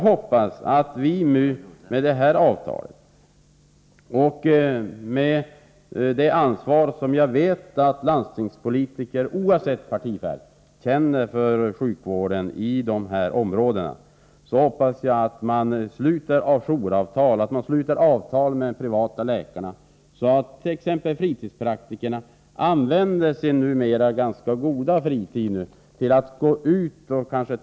När vi nu får det här avtalet hoppas jag — med tanke på det ansvar som jag vet att landstingspolitiker oavsett partifärg känner för sjukvården i de här områdena — att man sluter jouravtal med de privata läkarna, så att t.ex. fritidspraktikerna kan använda sin numera ganska väl tilltagna fritid till att ta ansvar för jouren.